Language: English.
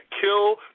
kill